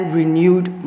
renewed